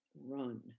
run